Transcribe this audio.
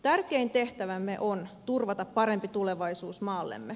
tärkein tehtävämme on turvata parempi tulevaisuus maallemme